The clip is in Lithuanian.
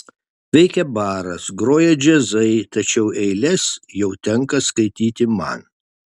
veikia baras groja džiazai tačiau eiles jau tenka skaityti man